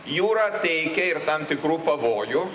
jūra teikia ir tam tikrų pavojų